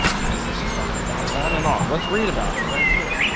what is this talking about? on and off. let's read about it right here.